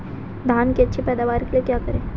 धान की अच्छी पैदावार के लिए क्या करें?